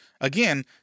Again